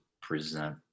present